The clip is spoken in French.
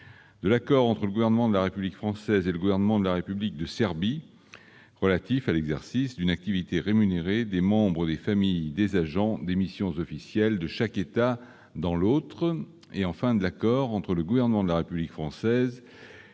de l'accord entre le gouvernement de la République française et le gouvernement de la République de Serbie relatif à l'exercice d'une activité rémunérée des membres des familles des agents des missions officielles de chaque État dans l'autre et de l'accord entre le gouvernement de la République française et le conseil des ministres de la République d'Albanie